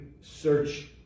search